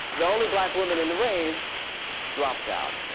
the only black woman in the race dropped out.